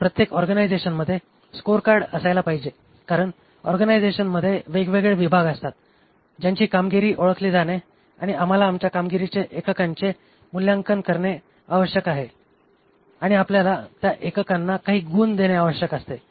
म्हणजे प्रत्येक ऑर्गनायझेशनमध्ये स्कोअरकार्ड असायला पाहिजे कारण ऑर्गनायझेशनमध्ये वेगवेगळे विभाग असतात ज्यांची कामगिरी ओळखली जाणे आणि आम्हाला आमच्या कामगिरीच्या एकाकांचे मूल्यांकन करणे आवश्यक आहे आणि आपल्याला त्या एककांना काही गुण देणे आवश्यक असते